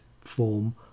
form